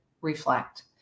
reflect